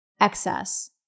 excess